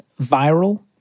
viral